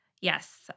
Yes